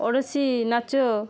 ଓଡ଼ିଶୀ ନାଚ